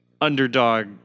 underdog